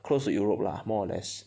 close to Europe lah more or less